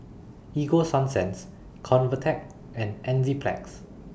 Ego Sunsense Convatec and Enzyplex